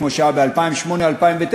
כמו שהיה ב-2008 2009,